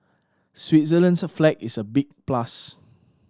Switzerland's flag is a big plus